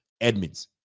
Edmonds